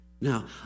Now